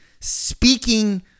speaking